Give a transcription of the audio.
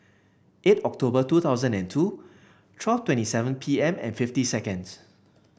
eight October two thousand and two twelve twenty seven P M and fifty seconds